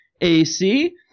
A-C